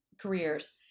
careers